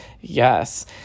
Yes